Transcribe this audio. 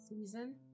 season